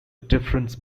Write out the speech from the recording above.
difference